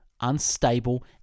unstable